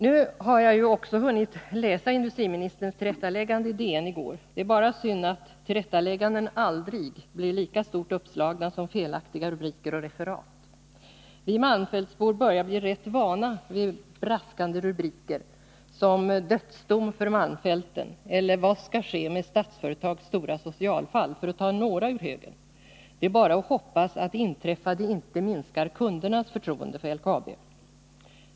Jag har också hunnit läsa industriministerns tillrättaläggande i DN i går. Det är bara synd att tillrättalägganden aldrig blir lika stort uppslagna som felaktiga rubriker och referat. Vi malmfältsbor börjar bli rätt vana vid braskande rubriker som ”Dödsdom för malmfälten” eller ”Vad skall ske med Statsföretags stora socialfall?”, för att ta några ur högen. Det är bara att hoppas att det inträffade inte minskar kundernas förtroende för LKAB.